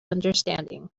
understanding